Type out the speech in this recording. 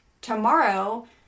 Tomorrow